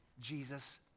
Jesus